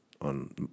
on